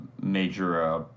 major